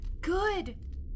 Good